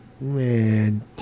Man